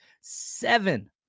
Seven